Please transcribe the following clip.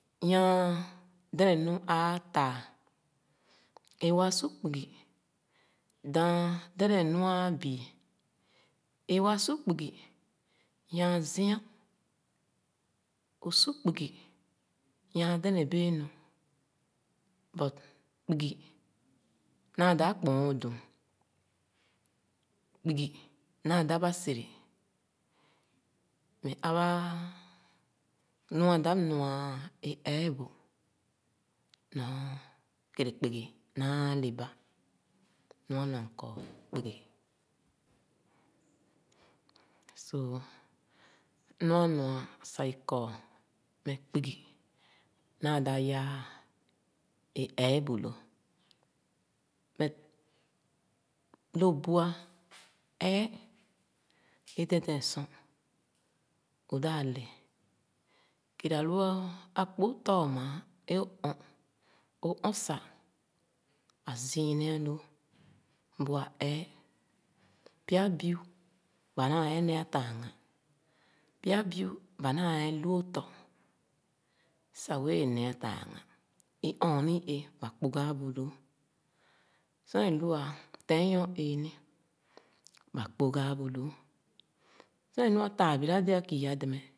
Nyaan dɛnɛ nu āā tāā, é waa su kpugi dāān yibe nu āā bii, é waa su kpugi nyāā zia, ō su kpugi nyaa dɛnɛ bēē nu but kpugi naa dáp kpoa ō dum, kpungi naa dāp asere. Meh aba nu’ā dāp nua é éébu nɔ, kéré kpungi naa aba, nu anua m’kɔ kpugi, so, nu a-nua sah i ko meh kpugi naa dāp yaa é eebu lō. But lō bu ā ee, é dɛdɛm sor, ō dap lē, kèrè ālu akpó tōr maa é ō ɔn, ō ɔn sāh ā ziuni alōō bu ee. Pya biu ba naa’e nea taaghan; pya biu ba naa’e lu ò tɔ sah wēē nea lāāghan. I ɔɔneh i éé ba kpogha biin lòò, sir é lua tɛɛhyo-ēē ni ba kpogha bün lōō, sor é lua lāa biradēē rakii’a dɛmɛ